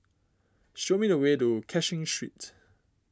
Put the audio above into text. show me the way to Cashin Street